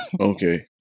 Okay